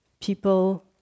people